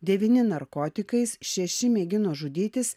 devyni narkotikais šeši mėgino žudytis